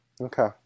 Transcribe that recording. Okay